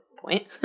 point